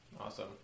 Awesome